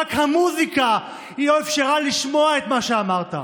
המוזיקה לא אפשרה לשמוע את מה שאמרת.